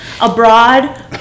abroad